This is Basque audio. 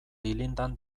dilindan